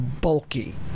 bulky